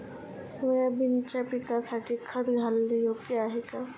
सोयाबीनच्या पिकासाठी खत घालणे योग्य आहे का?